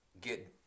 Get